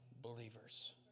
believers